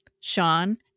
Sean